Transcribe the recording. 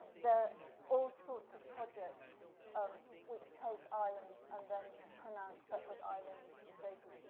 there all sorts of projects um which take islands and then pronounce separate island stages,